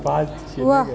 वाह